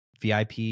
VIP